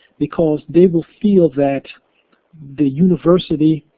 because they will feel that the university,